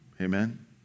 Amen